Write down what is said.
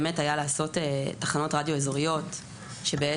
באמת היה לעשות תחנות רדיו אזוריות שבעצם